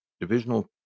divisional